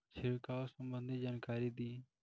छिड़काव संबंधित जानकारी दी?